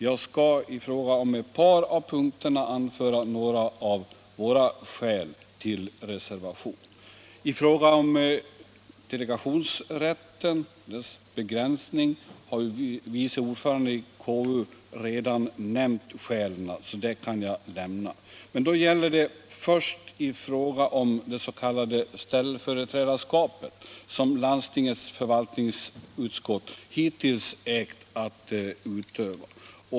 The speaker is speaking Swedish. Jag skall i fråga om ett par av punkterna anföra några av våra skäl till reservation, dock inte när det gäller delegationsrätten och dess begränsning, som ju utskottets vice ordförande redan har behandlat. Jag vill först ta upp frågan om det s.k. ställföreträdarskapet som landstingets förvaltningsutskott hittills ägt att utöva.